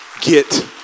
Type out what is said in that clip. get